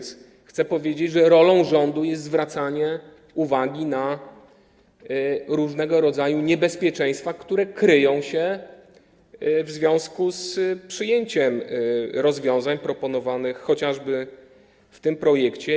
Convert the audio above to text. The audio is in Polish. Chcę powiedzieć, że rolą rządu jest zwracanie uwagi na różnego rodzaju niebezpieczeństwa, które kryją się w związku z przyjęciem rozwiązań proponowanych chociażby w tym projekcie.